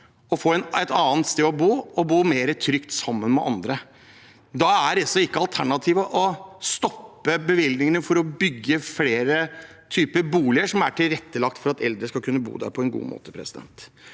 å få et annet sted å bo og å bo mer trygt, sammen med andre. Da er ikke alternativet å stoppe bevilgningene til å bygge flere typer boliger som er tilrettelagt for at eldre skal kunne bo der på en god måte. Jeg